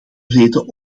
reden